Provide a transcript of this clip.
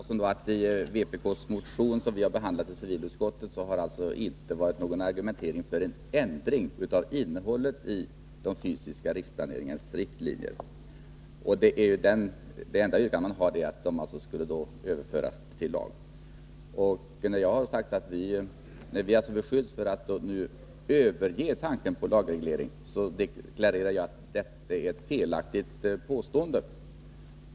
Fru talman! I vpk:s motion, Tore Claeson, som vi har behandlat i civilutskottet, argumenteras inte för en ändring av innehållet i riktlinjerna för den fysiska riksplaneringen. Det enda yrkandet i motionen är att det skall ske en lagreglering. När vi har beskyllts för att ha övergett tanken på en lagreglering, har jag deklarerat att det är ett felaktigt påstående.